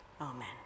Amen